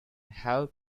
help